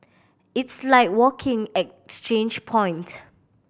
it's like walking exchange point